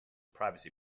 privacy